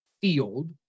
field